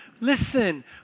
listen